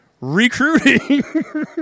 recruiting